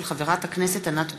של חברת הכנסת ענת ברקו.